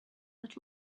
had